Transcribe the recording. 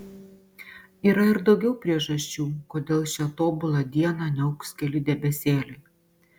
yra ir daugiau priežasčių kodėl šią tobulą dieną niauks keli debesėliai